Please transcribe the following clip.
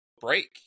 break